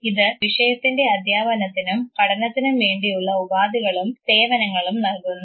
ഇത് വിഷയത്തിൻറെ അധ്യാപനത്തിനും പഠനത്തിനും വേണ്ടിയുള്ള ഉപാധികളും സേവനങ്ങളും നൽകുന്നു